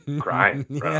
crying